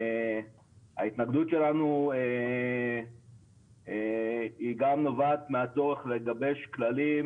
ההתנגדות שלנו היא גם נובעת מהצורך לגבש כללים